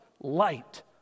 light